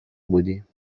بودیم